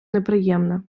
неприємне